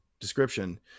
description